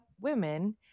women